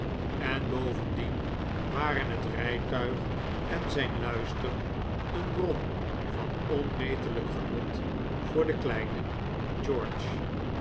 en bovendien waren het rijtuig en zijn luister een bron van onmetelijk genot voor den kleinen george